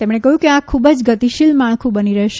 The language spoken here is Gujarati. તેમણે કહ્યું કે આ ખૂબ જ ગતિશીલ માળખું બની રહેશે